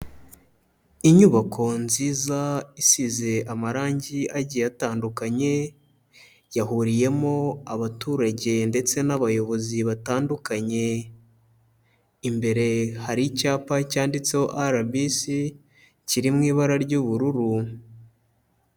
Inyubako nziza isize amarangi agiye atandukanye, yahuriyemo abaturage ndetse n'abayobozi batandukanye, imbere hari icyapa cyanditseho RBC kiri mu ibara ry'ubururu.